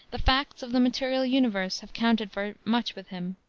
the facts of the material universe have counted for much with him.